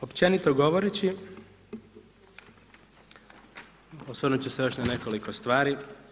Općenito govoreći, osvrnut ću se još na nekoliko stvari.